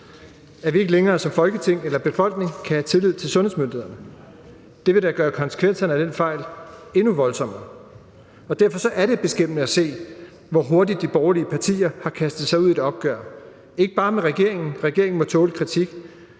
At vi ikke længere som Folketing eller befolkning kan have tillid til sundhedsmyndighederne, vil da gøre konsekvenserne af den fejl endnu voldsommere. Og derfor er det beskæmmende at se, hvor hurtigt de borgerlige partier har kastet sig ud i et opgør – ikke bare med regeringen, regeringen må tåle kritik,